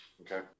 Okay